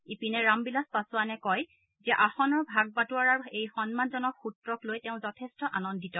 ইপিনে ৰাম বিলাস পাছোৱানে কয় যে আসনৰ ভাগ বাটোৱাৰাৰ এই সন্মানজনক সুত্ৰক লৈ তেওঁ যথেষ্ট আনন্দিত